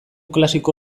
klasiko